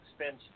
spend